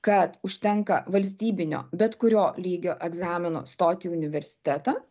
kad užtenka valstybinio bet kurio lygio egzamino stoti į universitetą